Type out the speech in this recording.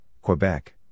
Quebec